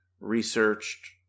researched